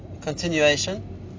continuation